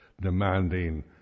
demanding